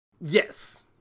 Yes